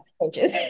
coaches